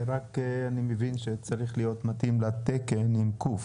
ורק אני מבין שצריך להיות מתאים לתקן עם ק?